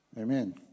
Amen